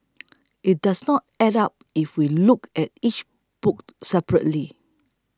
it does not add up if we look at each book separately